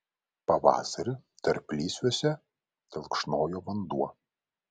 pavasarį tarplysviuose telkšnojo vanduo